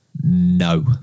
no